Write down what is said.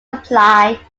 apply